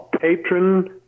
patron